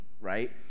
right